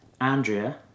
Andrea